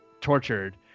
tortured